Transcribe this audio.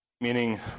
meaning